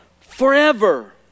forever